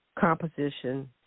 composition